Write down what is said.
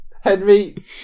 Henry